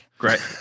Great